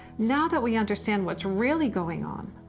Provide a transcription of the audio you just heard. now that we understand what's really going on.